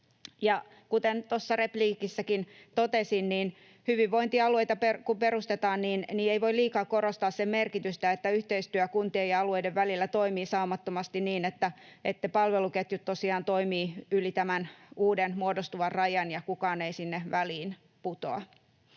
Kuten tuossa repliikissäkin totesin, että kun hyvinvointialueita perustetaan, niin ei voi liikaa korostaa sen merkitystä, että yhteistyö kuntien ja alueiden välillä toimii saumattomasti niin, että palveluketjut tosiaan toimivat yli uuden muodostuvan rajan ja kukaan ei sinne väliin putoa.